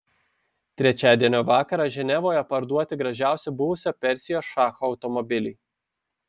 trečiadienio vakarą ženevoje parduoti gražiausi buvusio persijos šacho automobiliai